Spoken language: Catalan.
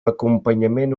acompanyament